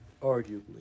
Arguably